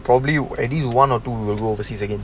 probably at least one or two live overseas again